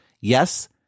Yes